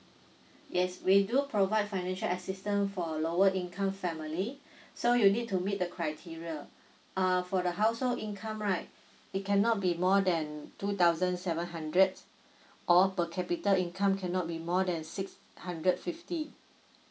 yes we do provide financial assistance for lower income family so you need to meet the criteria err for the household income right it cannot be more than two thousand seven hundred or per capita income cannot be more than six hundred fifty